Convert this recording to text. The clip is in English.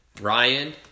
Ryan